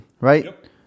right